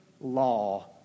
law